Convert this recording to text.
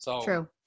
True